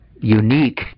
unique